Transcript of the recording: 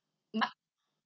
mark